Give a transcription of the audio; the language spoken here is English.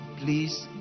please